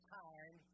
time